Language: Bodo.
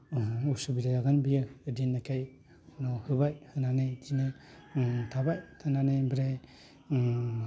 आंहा असुबिदा जागोन बिदि होननायखाय उनाव होबाय होनानै बिदिनो थाबाय थानानै ओमफ्राय